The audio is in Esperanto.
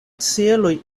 celoj